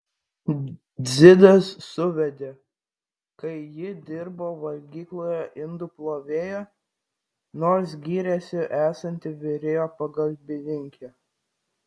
dzidas suvedė kai ji dirbo valgykloje indų plovėja nors gyrėsi esanti virėjo pagalbininkė